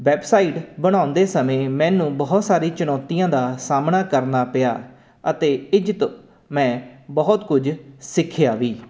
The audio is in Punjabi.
ਵੈਬਸਾਈਟ ਬਣਾਉਂਦੇ ਸਮੇਂ ਮੈਨੂੰ ਬਹੁਤ ਸਾਰੀ ਚੁਣੌਤੀਆਂ ਦਾ ਸਾਹਮਣਾ ਕਰਨਾ ਪਿਆ ਅਤੇ ਇੱਜ਼ਤ ਮੈਂ ਬਹੁਤ ਕੁਝ ਸਿੱਖਿਆ ਵੀ